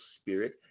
spirit